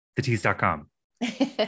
thetease.com